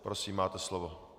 Prosím, máte slovo.